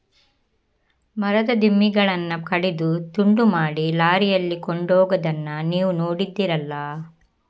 ಮರದ ದಿಮ್ಮಿಗಳನ್ನ ಕಡಿದು ತುಂಡು ಮಾಡಿ ಲಾರಿಯಲ್ಲಿ ಕೊಂಡೋಗುದನ್ನ ನೀವು ನೋಡಿದ್ದೀರಲ್ಲ